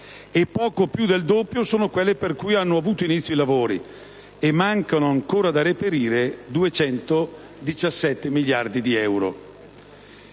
e poco più del doppio sono quelle per cui hanno avuto inizio i lavori. Mancano ancora da reperire 217 miliardi di euro.